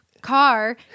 Car